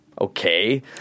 okay